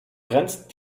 grenzt